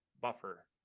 Buffer